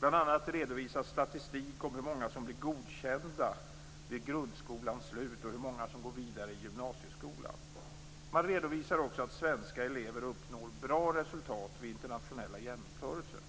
Bl.a. redovisas statistik om hur många som blir godkända vid grundskolans slut och hur många som går vidare i gymnasieskolan. Man redovisar också att svenska elever uppnår bra resultat vid internationella jämförelser.